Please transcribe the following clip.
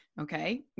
okay